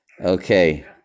Okay